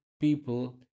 people